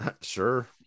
Sure